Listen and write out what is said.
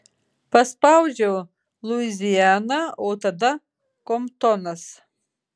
paspaudžiau luiziana o tada komptonas